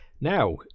Now